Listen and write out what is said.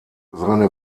seine